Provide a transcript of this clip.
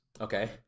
Okay